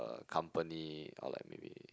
company or like maybe